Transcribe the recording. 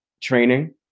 Training